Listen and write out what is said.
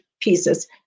pieces